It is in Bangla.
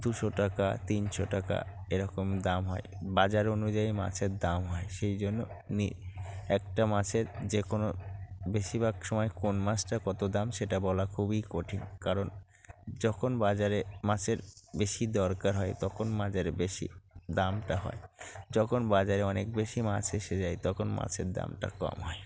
দুশো টাকা তিনশো টাকা এরকম দাম হয় বাজার অনুযায়ী মাছের দাম হয় সেই জন্য নিই একটা মাছের যে কোনও বেশিরভাগ সময়ে কোন মাছটা কত দাম সেটা বলা খুবই কঠিন কারণ যখন বাজারে মাছের বেশি দরকার হয় তখন মাজারে বেশি দামটা হয় যখন বাজারে অনেক বেশি মাছ এসে যায় তখন মাছের দামটা কম হয়